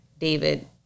David